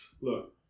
Look